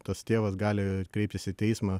tas tėvas gali kreiptis į teismą